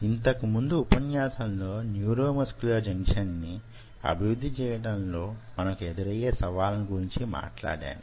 ఇంతకు ముందు ఉపన్యాసం లో న్యూరోమస్క్యులర్ జంక్షన్ ని అభివృద్ధి చేయటం లో మనకు ఎదురయ్యే సవాళ్ళను గురించి మాట్లాడాను